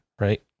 right